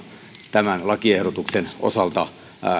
tämän lakiehdotuksen osalta